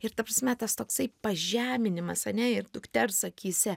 ir ta prasme tas toksai pažeminimas ane ir dukters akyse